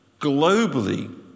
globally